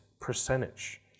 percentage